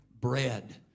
bread